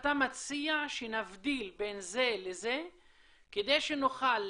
אתה מציע שנבדיל בין זה לזה כדי שנוכל